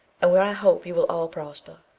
and where i hope you will all prosper.